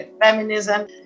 feminism